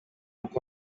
uko